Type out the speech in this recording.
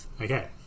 Okay